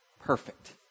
Perfect